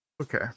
okay